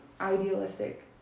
idealistic